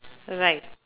right